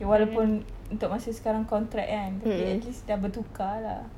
walaupun untuk masa sekarang contract kan tapi at least sudah bertukar lah